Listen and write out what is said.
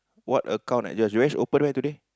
what account I does Joash open where today